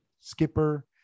Skipper